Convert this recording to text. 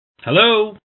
Hello